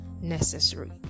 necessary